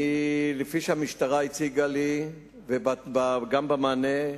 כפי שהמשטרה הציגה לי, וגם במענה,